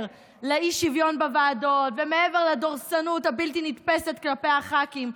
לאי-שוויון בוועדות ומעבר לדורסנות הבלתי-נתפסת כלפי הח"כים,